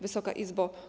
Wysoka Izbo!